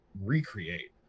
Recreate